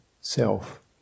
self